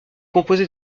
composée